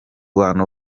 bantu